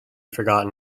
forgotten